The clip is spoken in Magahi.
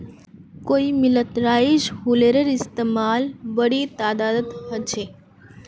कई मिलत राइस हुलरेर इस्तेमाल बड़ी तदादत ह छे